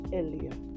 earlier